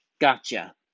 Gotcha